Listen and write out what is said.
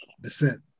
descent